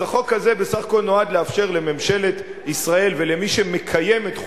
החוק הזה בסך הכול נועד לאפשר לממשלת ישראל ולמי שמקיים את חוקיה,